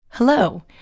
Hello